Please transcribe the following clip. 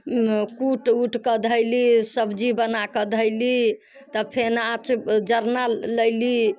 कूट ओटके धयली सब्जी बनाके धयली तब फेन आँच जरना लयली